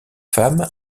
femme